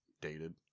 dated